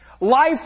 Life